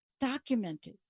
documented